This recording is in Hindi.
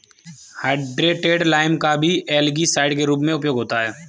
हाइड्रेटेड लाइम का भी एल्गीसाइड के रूप में उपयोग होता है